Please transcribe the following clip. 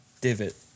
divot